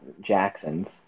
jacksons